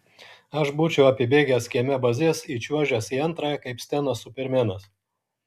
aš būčiau apibėgęs kieme bazes įčiuožęs į antrąją kaip stenas supermenas